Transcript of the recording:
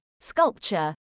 sculpture